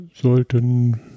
sollten